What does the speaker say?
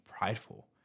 prideful